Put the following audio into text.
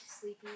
sleepy